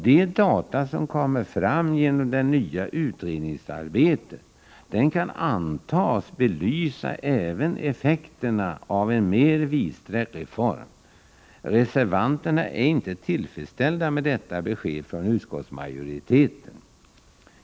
De data som kommer fram genom det nya utredningsarbetet kan antas belysa även effekterna av en mer vidsträckt reform. Reservanterna är inte tillfredsställda med detta besked från utskottsmajoriteten.